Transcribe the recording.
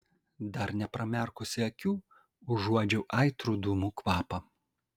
dar nepramerkusi akių užuodžiau aitrų dūmų kvapą